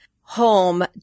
home